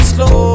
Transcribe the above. Slow